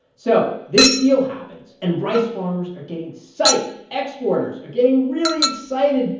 so this deal happens, and rice farmers are getting psyched. exporters are getting really excited.